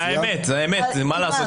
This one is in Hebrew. זו האמת, מה לעשות?